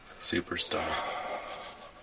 Superstar